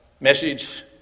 message